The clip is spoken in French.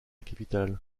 capitale